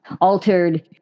altered